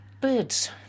Birds